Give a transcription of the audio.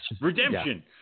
Redemption